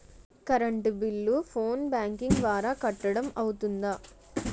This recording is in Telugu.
కరెంట్ బిల్లు ఫోన్ బ్యాంకింగ్ ద్వారా కట్టడం అవ్తుందా?